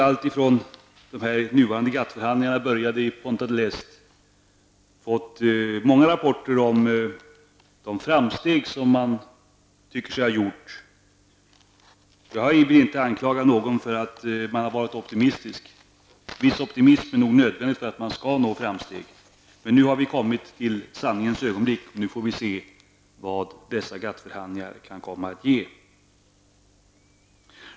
Alltifrån det att nuvarande GATT-förhandlingarna började i Punta del Este har vi fått många rapporter om de framsteg som man tycker sig ha gjort. Jag vill inte anklaga någon för att ha varit optimistisk -- en viss optimism är nog nödvändig för att man skall nå framsteg -- men nu har vi kommit till sanningens ögonblick; nu får vi se vad dessa GATT-förhandlingar kan komma att ge.